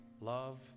love